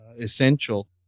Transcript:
essential